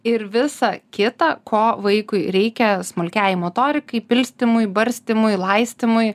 ir visa kita ko vaikui reikia smulkiajai motorikai pilstymui barstymui laistymui